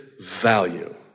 value